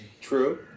True